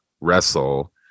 wrestle